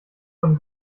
von